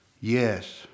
Yes